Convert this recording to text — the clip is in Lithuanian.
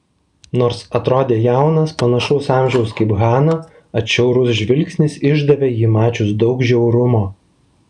nors atrodė jaunas panašaus amžiaus kaip hana atšiaurus žvilgsnis išdavė jį mačius daug žiaurumo